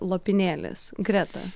lopinėlis greta